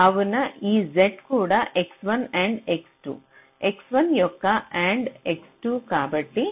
కావున ఈ Z కూడా X1 AND X2 X1 యొక్క AND X2